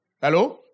Hello